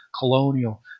colonial